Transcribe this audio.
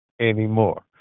anymore